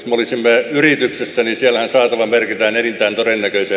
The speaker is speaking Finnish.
oli selvää yrityksessäni siellä on saatava merkitään erittäin todennäköistä